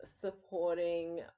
supporting